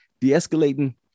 de-escalating